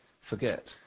forget